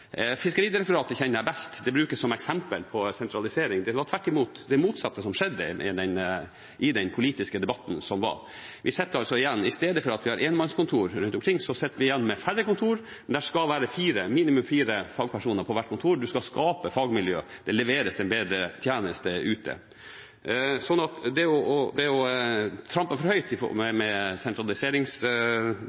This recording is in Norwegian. Fiskeridirektoratet kjenner jeg best, og det brukes som eksempel på sentralisering. Det var tvert imot det motsatte som skjedde i den politiske debatten som var. Istedenfor at vi har enmannskontor rundt omkring, sitter vi igjen med færre kontor, men det skal være minimum fire fagpersoner på hvert kontor, man skal skape fagmiljø, og det leveres en bedre tjeneste ute. Så det å